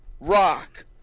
rock